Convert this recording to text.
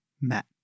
met